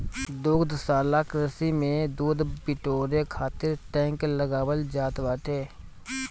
दुग्धशाला कृषि में दूध बिटोरे खातिर टैंक लगावल जात बाटे